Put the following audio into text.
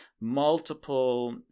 multiple